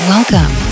Welcome